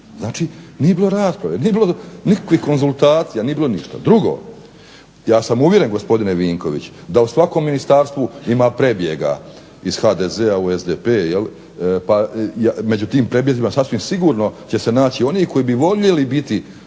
Znači nije bilo …/Ne razumije se./…, nije bilo nikakvih konzultacija, nije bilo ništa. Drugo, ja sam uvjeren gospodine Vinković da u svakom ministarstvu ima prebjega iz HDZ-a u SDP pa među tim prebjezima sasvim sigurno će se naći oni koji bi voljeli biti